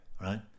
Right